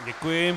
Děkuji.